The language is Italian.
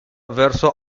verso